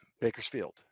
bakersfield